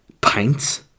pints